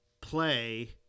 play